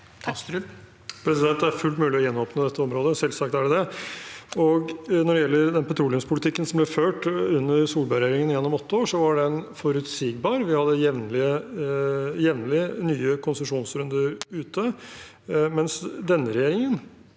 Det er fullt mulig å gjenåpne dette området, selvsagt er det det. Når det gjelder petroleumspolitikken som ble ført under Solberg-regjeringen gjennom åtte år, var den forutsigbar. Vi hadde jevnlig nye konsesjonsrunder ute, mens denne regjeringen